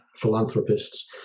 philanthropists